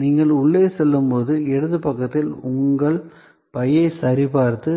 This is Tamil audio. நீங்கள் உள்ளே செல்லும்போது இடது பக்கத்தில் உங்கள் பையை சரிபார்த்து